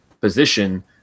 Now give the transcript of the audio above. position